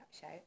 show